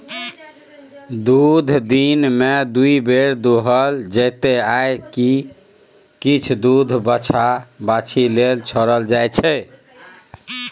दुध दिनमे दु बेर दुहल जेतै आ किछ दुध बछ्छा बाछी लेल छोरल जाइ छै